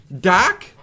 Doc